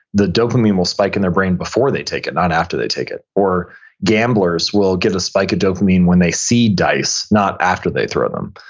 the dopamine will spike in their brain before they take it not after they take it. or gamblers will get a spike of dopamine when they see dice not after they throw them.